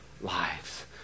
lives